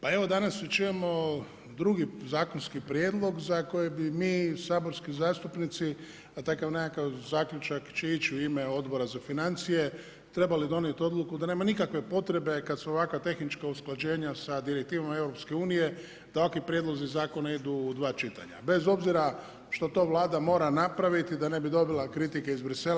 Pa evo danas već imamo drugi zakonski prijedlog za koji bi mi saborski zastupnici a takav nekakav zaključak će ići u ime Odbora za financije trebali donijeti odluku da nema nikakve potrebe kada su ovakva tehnička usklađenja sa direktivama EU, takvi prijedlozi zakona idu u dva čitanja bez obzira što to Vlada mora napraviti da ne bi dobila kritike iz Brisela.